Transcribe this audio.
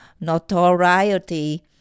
notoriety